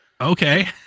Okay